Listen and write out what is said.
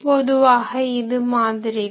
பொதுவாக இது மாதிரி தான்